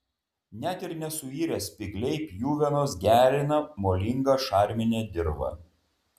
net ir nesuirę spygliai pjuvenos gerina molingą šarminę dirvą